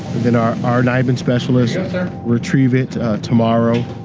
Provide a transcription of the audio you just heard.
and our our nibin specialist retrieves it tomorrow.